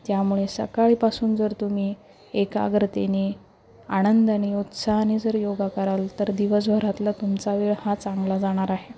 त्यामुळे सकाळीपासून जर तुम्ही एकाग्रतेने आनंदाने उत्साहाने जर योगा कराल तर दिवसभरातला तुमचा वेळ हा चांगला जाणार आहे